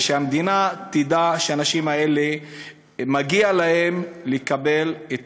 ושהמדינה תדע שהאנשים האלה מגיע להם לקבל את